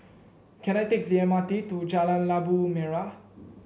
can I take the M R T to Jalan Labu Merah